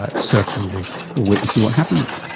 ah certainly. we'll wait and see what happens.